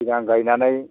सिगां गायनानै